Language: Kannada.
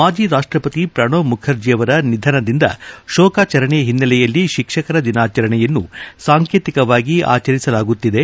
ಮಾಜಿ ರಾಷ್ಷಪತಿ ಪ್ರಣವ್ ಮುಖರ್ಜಿಯವರ ನಿಧನದಿಂದ ಶೋಕಾಚರಣೆ ಹಿನ್ನೆಲೆಯಲ್ಲಿ ತಿಕ್ಷಕರ ದಿನಾಚರಣೆಯನ್ನು ಸಾಂಕೇತಿಕವಾಗಿ ಆಚರಿಸಲಾಗುತ್ತಿದೆ